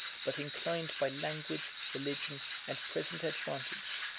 but inclined by language, religion, and present advantage,